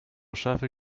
szafy